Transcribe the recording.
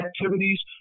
activities